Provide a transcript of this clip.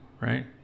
right